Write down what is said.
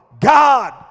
God